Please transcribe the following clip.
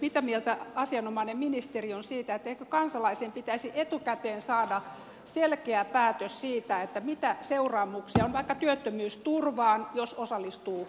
mitä mieltä asianomainen ministeri on siitä että eikö kansalaisen pitäisi etukäteen saada selkeä päätös siitä mitä seuraamuksia on vaikka työttömyysturvaan jos osallistuu vapaaehtoistyöhön